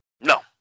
No